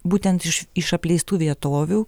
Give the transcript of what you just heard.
būtent iš iš apleistų vietovių